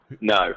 no